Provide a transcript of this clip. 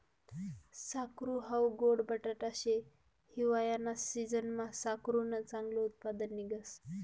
साकरू हाऊ गोड बटाटा शे, हिवायाना सिजनमा साकरुनं चांगलं उत्पन्न निंघस